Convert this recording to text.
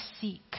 seek